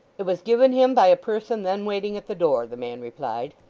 it was given him by a person then waiting at the door, the man replied.